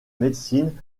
médecine